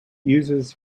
uses